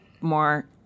more